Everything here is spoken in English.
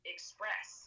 Express